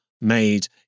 made